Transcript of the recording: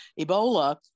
Ebola